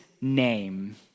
name